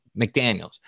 McDaniels